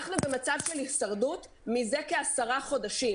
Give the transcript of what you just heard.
אנחנו במצב של הישרדות מזה כעשרה חודשים,